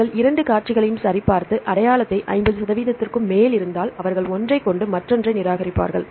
அவர்கள் இரண்டு காட்சிகளையும் சரிபார்த்து அடையாளத்தை 50 சதவிகிதத்திற்கு மேல் இருந்தால் அவர்கள் ஒன்றைக் கொண்டு மற்றொன்றை நிராகரிப்பார்கள்